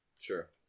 Sure